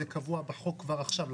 זה קבוע בחוק כבר עכשיו,